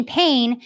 pain